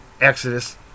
Exodus